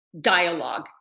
dialogue